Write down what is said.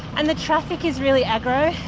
and the traffic is really aggro,